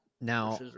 Now